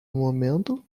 momento